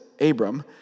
Abram